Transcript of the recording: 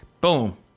boom